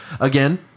again